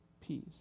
peace